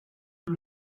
she